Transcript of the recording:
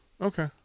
Okay